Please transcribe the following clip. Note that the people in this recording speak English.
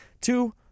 two